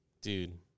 Dude